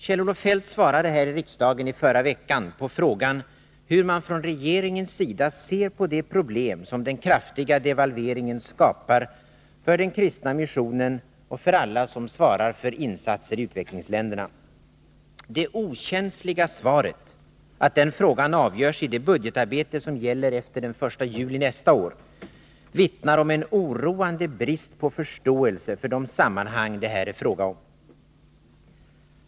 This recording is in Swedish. Kjell-Olof Feldt svarade här i riksdagen i förra veckan på frågan hur man från regeringens sida ser på det problem som den kraftiga devalveringen skapar för den kristna missionen och för alla som svarar för insatser i utvecklingsländerna. Det okänsliga svaret — att den frågan avgörs i det budgetarbete som gäller tiden efter den 1 juli nästa år — vittnar om en oroande brist på förståelse för de sammanhang det här är fråga om.